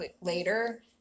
later